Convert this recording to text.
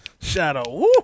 shadow